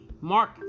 Mark